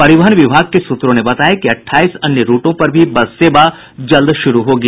परिवहन विभाग के सूत्रों ने बताया कि अट्ठाईस अन्य रूटों पर भी बस सेवा जल्द शुरू होगी